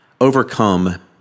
overcome